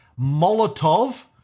Molotov